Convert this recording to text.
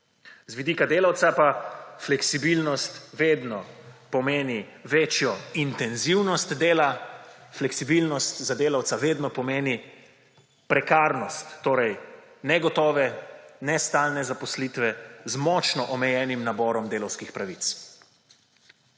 Z vidika delavca pa fleksibilnost vedno pomeni večjo intenzivnost dela, fleksibilnost za delavca vedno pomeni prekarnost; torej negotovo, nestalne zaposlitve z močno omejenim naborom delavskih pravic.